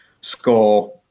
score